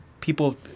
people